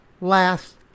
last